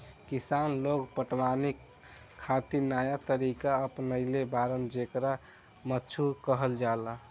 किसान लोग पटवनी खातिर नया तरीका अपनइले बाड़न जेकरा मद्दु कहल जाला